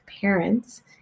parents